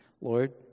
Lord